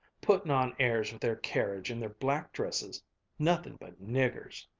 puttin' on airs with their carriage and their black dresses nothin' but niggers!